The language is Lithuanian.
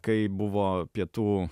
kai buvo pietų